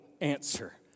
answer